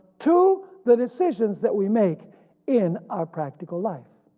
to the decisions that we make in our practical life.